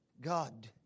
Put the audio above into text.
God